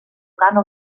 cano